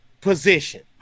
position